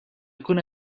jkun